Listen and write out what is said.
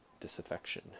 disaffection